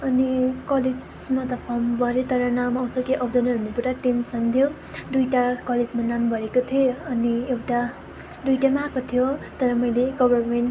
अनि कलेजमा त फर्म भरेँ तर नाम आउँछ कि आउँदैन भन्ने पुरा टेन्सन थियो दुईवटा कलेजमा नाम भरेको थिएँ अनि एउटा दुईवटैमा आएको थियो तर मैले गभर्नमेन्ट